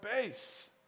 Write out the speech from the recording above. base